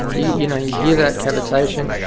you know you hear that cavitation.